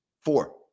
four